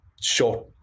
short